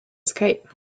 escape